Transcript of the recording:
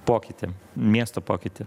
pokytį miesto pokytį